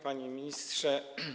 Panie Ministrze!